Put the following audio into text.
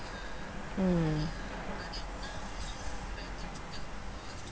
mm